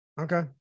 Okay